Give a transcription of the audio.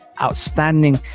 outstanding